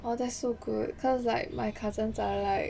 orh that's so good cause like my cousins are like